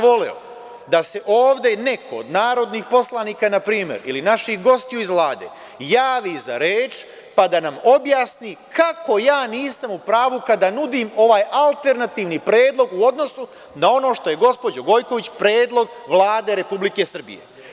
Voleo bih da se ovde neko od narodnih poslanika npr, ili naših gostiju iz Vlade javi za reč da nam objasni kako ja nisam u pravu kada nudim ovaj alternativni predlog u odnosu na ono što je, gospođo Gojković, predlog Vlade Republike Srbije.